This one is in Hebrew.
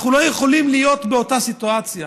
אנחנו לא יכולים להיות באותה סיטואציה.